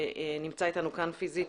שנמצא אתנו כאן פיזית.